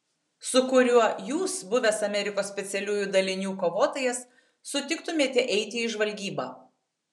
su kuriuo jūs buvęs amerikos specialiųjų dalinių kovotojas sutiktumėte eiti į žvalgybą